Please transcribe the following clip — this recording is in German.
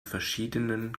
verschiedenen